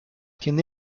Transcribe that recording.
tiene